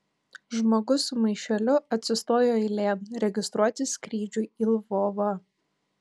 žmogus su maišeliu atsistojo eilėn registruotis skrydžiui į lvovą